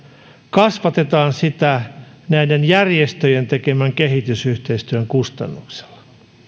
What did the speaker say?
kasvatetaan sitä näiden järjestöjen tekemän kehitysyhteistyön kustannuksella